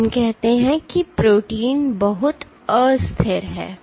तो हम कहते हैं कि प्रोटीन बहुत अस्थिर है